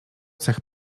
cech